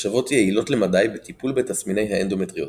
נחשבות יעילות למדי בטיפול בתסמיני האנדומטריוזיס.